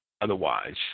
Otherwise